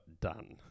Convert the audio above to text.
done